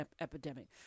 epidemic